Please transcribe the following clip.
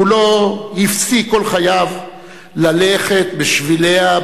הוא לא הפסיק כל חייו ללכת בשביליה,